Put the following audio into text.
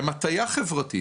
הן הטיה חברתית.